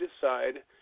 decide